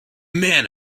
man